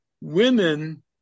women –